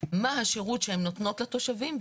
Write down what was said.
מה השירות שהן נותנות לתושבים,